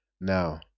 now